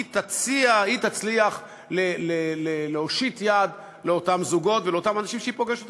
היא תצליח להושיט יד לאותם זוגות ולאותם אנשים שהיא פוגשת,